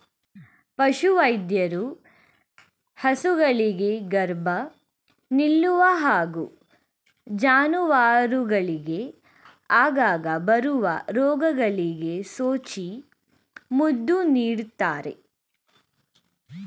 ಪಶುವೈದ್ಯರು ಹಸುಗಳಿಗೆ ಗರ್ಭ ನಿಲ್ಲುವ ಹಾಗೂ ಜಾನುವಾರುಗಳಿಗೆ ಆಗಾಗ ಬರುವ ರೋಗಗಳಿಗೆ ಸೂಜಿ ಮದ್ದು ನೀಡ್ತಾರೆ